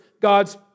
God's